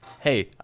hey